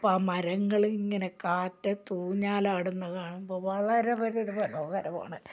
അപ്പോൾ ആ മരങ്ങൾ ഇങ്ങനെ കാറ്റത്ത് ഊഞ്ഞാലാടുന്നത് കാണുമ്പോൾ വളരെ വളരെ മനോഹരമാണ്